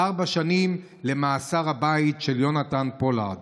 ארבע שנים למאסר הבית של יונתן פולארד.